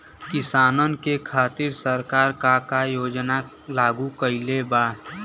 किसानन के खातिर सरकार का का योजना लागू कईले बा?